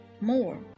More